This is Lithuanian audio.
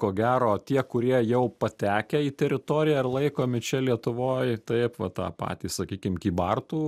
ko gero tie kurie jau patekę į teritoriją ir laikomi čia lietuvoj tai va tą patį sakykim kybartų